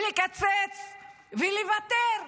לקצץ ולוותר.